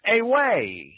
away